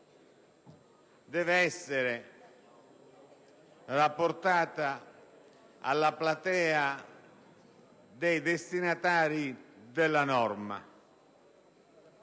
deve essere rapportata alla platea dei destinatari della norma.